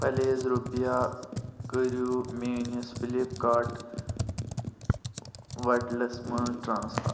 please رۄپیہِ کٔرِو میٛانِس فِلِپ کارٹ وٹلس مَنٛز ٹرٛانٕسفر